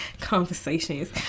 conversations